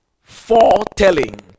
foretelling